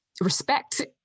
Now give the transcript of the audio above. respect